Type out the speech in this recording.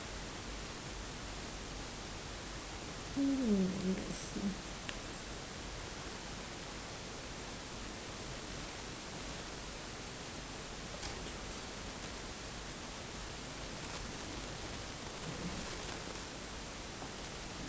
mm wait I see